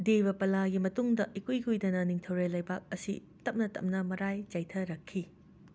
ꯗꯦꯕꯄꯂꯥꯒꯤ ꯃꯇꯨꯡꯗ ꯏꯀꯨꯏ ꯀꯨꯏꯗꯅ ꯅꯤꯡꯊꯧꯔꯦꯜ ꯂꯩꯕꯥꯛ ꯑꯁꯤ ꯇꯞꯅ ꯇꯞꯅ ꯃꯔꯥꯏ ꯆꯥꯏꯊꯔꯛꯈꯤ